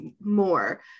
more